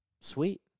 Sweet